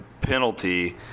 penalty